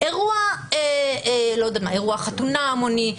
אירוע חתונה המוני,